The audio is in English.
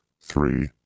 Three